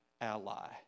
ally